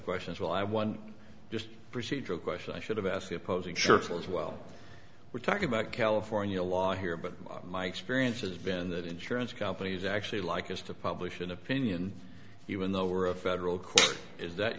questions well i won just a procedural question i should have asked the opposing sherpas well we're talking about california law here but my experience has been that insurance companies actually like is to publish an opinion even though or a federal court is that